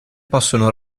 possono